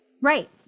Right